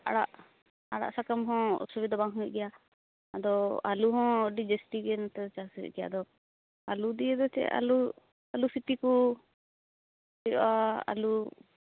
ᱟᱲᱟᱜ ᱥᱟᱠᱟᱢ ᱦᱚᱸ ᱚᱥᱩᱵᱤᱫᱟ ᱵᱟᱝ ᱦᱩᱭᱩᱜ ᱜᱮᱭᱟ ᱟᱫᱚ ᱟᱹᱞᱩᱦᱚᱸ ᱟ ᱰᱤ ᱡᱟ ᱥᱛᱤ ᱜᱮ ᱱᱚᱛᱮ ᱪᱟᱥ ᱦᱩᱭᱩᱜ ᱜᱮᱭᱟ ᱟᱫᱚ ᱟᱹᱞᱩ ᱫᱤᱭᱮ ᱫᱚ ᱪᱮᱫ ᱟᱹᱞᱩ ᱟᱹᱞᱩ ᱥᱤᱯᱤ ᱠᱚ ᱦᱩᱭᱩᱜᱼᱟ ᱟᱹᱞᱩ